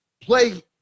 play